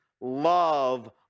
love